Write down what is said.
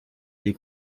des